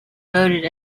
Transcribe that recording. voted